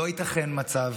לא ייתכן מצב